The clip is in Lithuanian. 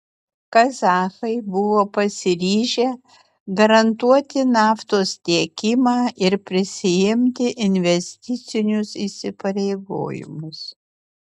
kazachai buvo pasiryžę garantuoti naftos tiekimą ir prisiimti investicinius įsipareigojimus